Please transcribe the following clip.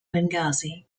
benghazi